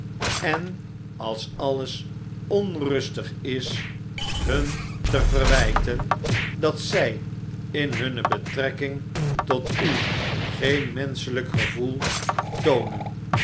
en als alles onrustig is hun te verwijten dat zij in hunne betrekking tot u geen menschelijk gevoel toonen